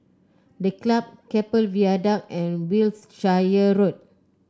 The Club Keppel Viaduct and Wiltshire Road